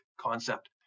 concept